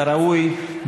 כראוי,